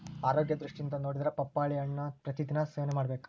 ಆರೋಗ್ಯ ದೃಷ್ಟಿಯಿಂದ ನೊಡಿದ್ರ ಪಪ್ಪಾಳಿ ಹಣ್ಣನ್ನಾ ಪ್ರತಿ ದಿನಾ ಸೇವನೆ ಮಾಡಬೇಕ